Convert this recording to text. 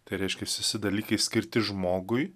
tai reiškias visi dalykai skirti žmogui